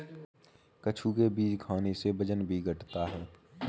कद्दू के बीज खाने से वजन भी घटता है